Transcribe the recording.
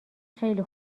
خیلی